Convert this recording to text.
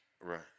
right